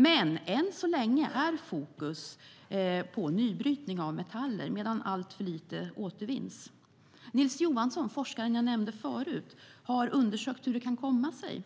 Men än så länge är fokus på nybrytning av metaller medan alltför lite återvinns. Nils Johansson, forskaren jag nämnde förut, har undersökt hur det kan komma sig.